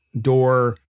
door